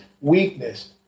weakness